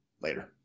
Later